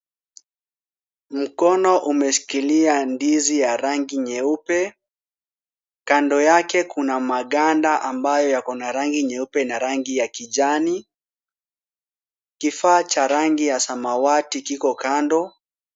Mkono umeshikilia ndizi ya rangi nyeupe. Kando yake kuna maganda ambayo yako na rangi nyeupe na ya kijani. Kifaa cha rangi ya samawati kiko kando.